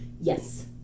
yes